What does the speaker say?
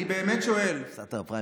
אני באמת שואל, אני